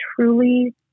truly